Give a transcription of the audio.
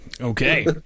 okay